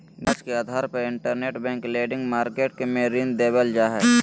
ब्याज के आधार पर इंटरबैंक लेंडिंग मार्केट मे ऋण देवल जा हय